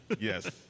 Yes